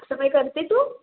साफसफाई करते तू